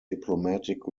diplomatic